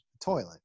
toilet